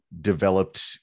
developed